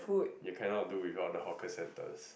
you cannot do without the hawker centers